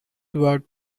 toward